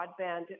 broadband